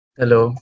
hello